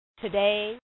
today